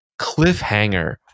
cliffhanger